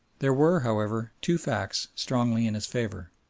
there were, however, two facts strongly in his favour.